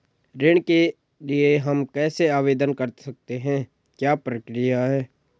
ऋण के लिए हम कैसे आवेदन कर सकते हैं क्या प्रक्रिया है?